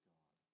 God